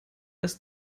als